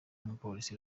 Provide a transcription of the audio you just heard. umupolisi